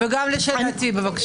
וגם לשאלתי בבקשה.